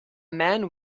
man